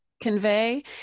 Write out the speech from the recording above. convey